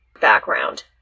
background